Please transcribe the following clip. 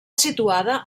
situada